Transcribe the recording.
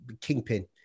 kingpin